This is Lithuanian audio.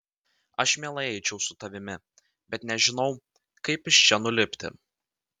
aš mielai eičiau su tavimi bet nežinau kaip iš čia nulipti